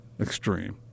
extreme